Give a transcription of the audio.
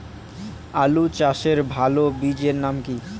আলু চাষের ভালো বীজের নাম কি?